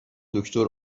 دکتر